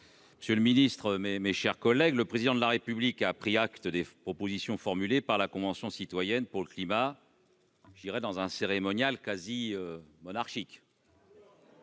Monsieur le ministre de l'économie et des finances, le Président de la République a pris acte des propositions formulées par la Convention citoyenne pour le climat, dans un cérémonial quasi monarchique.